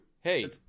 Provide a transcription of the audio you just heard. hey